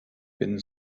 bin